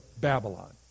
Babylon